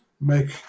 make